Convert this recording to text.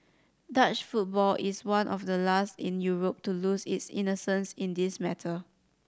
Dutch football is one of the last in Europe to lose its innocence in this matter